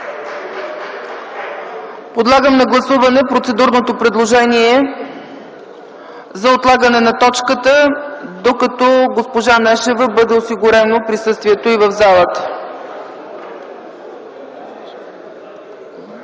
Подлагам на гласуване процедурното предложение за отлагане на точката, докато бъде осигурено присъствието в залата